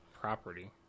property